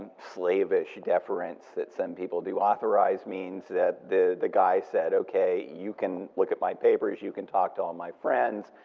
slavish deference that some people do. authorized means that the the guy said okay, you can look at my papers, you can talk to all of my friends.